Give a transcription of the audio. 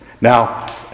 Now